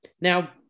now